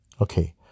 Okay